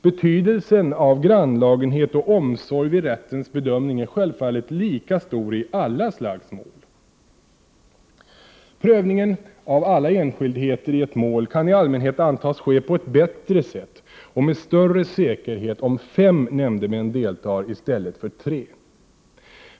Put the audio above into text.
Betydelsen av grannlagenhet och omsorg vid rättens bedömning är självfallet lika stor i alla slags mål. Prövningen av alla enskildheter i ett mål kan allmänt antas ske på ett bättre sätt och med större säkerhet om fem nämndemän deltar i stället för tre.